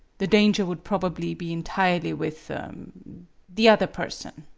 the danger would probably be entirely with the other person.